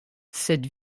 cette